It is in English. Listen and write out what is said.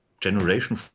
generation